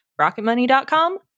Rocketmoney.com